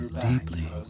deeply